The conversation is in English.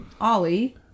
Ollie